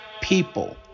people